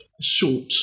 short